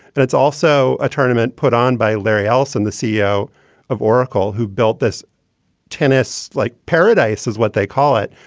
and it's also a tournament put on by larry ellison, the ceo of oracle, who built this tennis like paradise is what they call it,